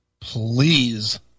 Please